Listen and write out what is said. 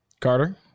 Carter